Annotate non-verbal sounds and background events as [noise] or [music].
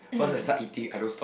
[coughs]